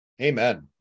Amen